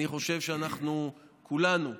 אני חושב שאנחנו כולנו נפסיד,